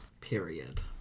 Period